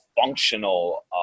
functional